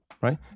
Right